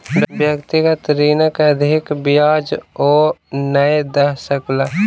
व्यक्तिगत ऋणक अधिक ब्याज ओ नै दय सकला